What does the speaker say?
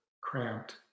cramped